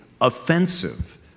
offensive